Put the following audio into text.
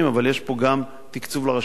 אבל יש פה גם תקצוב לרשויות,